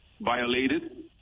violated